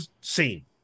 scene